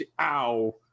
ow